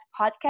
podcast